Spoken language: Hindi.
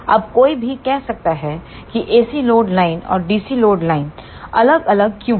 अब कोई भी कह सकता है कि एसी लोड लाइन और डीसी लोड लाइनें अलग अलग क्यों हैं